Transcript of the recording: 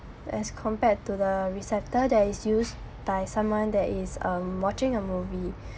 as compared to the receptor that is used by someone that is um watching a movie